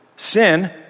Sin